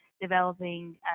developing